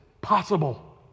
possible